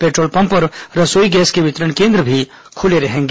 petrol pump और रसोई gas के वितरण केन्द्र भी खुले रहेंगे